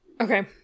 Okay